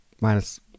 minus